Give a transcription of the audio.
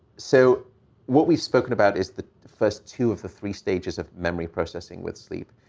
so what we've spoken about is the first two of the three stages of memory processing with sleep,